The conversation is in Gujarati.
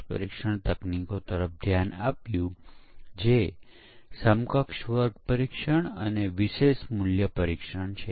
આપણે પરીક્ષણ ટેકનોલોજીના ઉપયોગને એક ખેડૂત દ્વારા ઉપયોગમાં લેવાતી જંતુનાશક સાથે અનુરૂપતા દર્શાવી